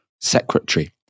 Secretary